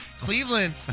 Cleveland